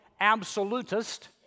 absolutist